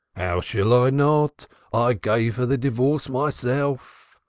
how shall i not? i gave her the divorce myself.